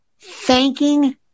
thanking